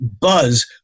buzz